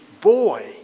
boy